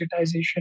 digitization